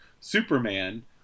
Superman